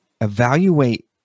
evaluate